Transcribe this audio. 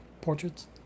portraits